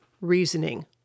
reasoning